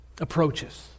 approaches